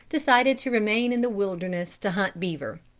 decided to remain in the wilderness to hunt beaver.